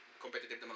competitive